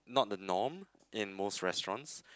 not the norm in most restaurants